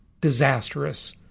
disastrous